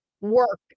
work